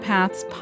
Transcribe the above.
Paths